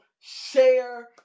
Share